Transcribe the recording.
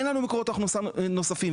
אין לנו מקורות הכנסה נוספים,